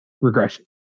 regression